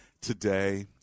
today